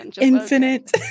Infinite